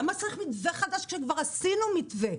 למה צריך מתווה חדש שכבר עישנו מתווה?